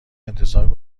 انتظار